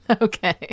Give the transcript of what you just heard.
Okay